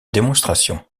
démonstration